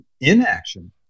inaction